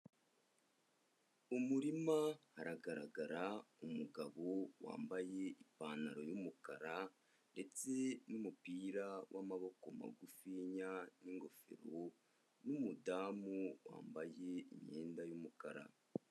Mu murima hagaragara umugabo wambaye ipantaro y'umukara ndetse n'umupira w'amaboko magufiya n'ingofero n'umudamu wambaye imyenda y'umukara.